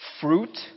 fruit